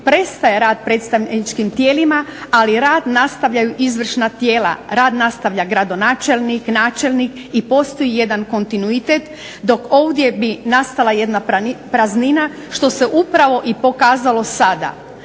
prestaje rad predstavničkim tijelima, ali rad nastavljaju izvršna tijela, rad nastavlja gradonačelnik, načelnik i postoji jedan kontinuitet dok ovdje bi nastala jedna praznina što se upravo i pokazalo sada.